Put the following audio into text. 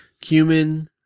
Cumin